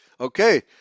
Okay